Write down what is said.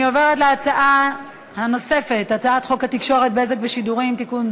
אני עוברת להצעה הנוספת: הצעת חוק התקשורת (בזק ושידורים) (תיקון,